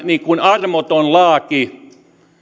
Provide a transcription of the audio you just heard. armoton laaki tämä